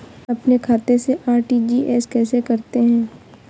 अपने खाते से आर.टी.जी.एस कैसे करते हैं?